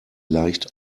leicht